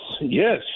Yes